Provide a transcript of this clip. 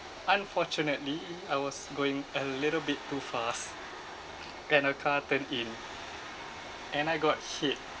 unfortunately I was going a little bit too fast and a car turned in and I got hit